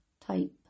type